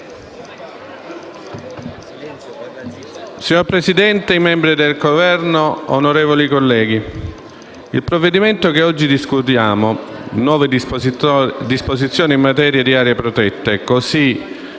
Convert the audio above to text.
Signor Presidente, membri del Governo, onorevoli colleghi, il provvedimento che oggi discutiamo, recante nuove disposizioni in materia di aree protette nel